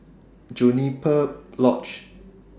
Juniper Lodge